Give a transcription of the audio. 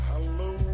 Hello